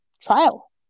trial